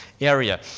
area